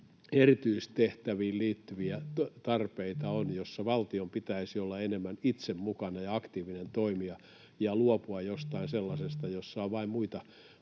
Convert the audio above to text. erityistehtäviin liittyviä tarpeita, joissa valtion pitäisi olla enemmän itse mukana ja aktiivinen toimija ja luopua jostain sellaisesta, jossa on vain muita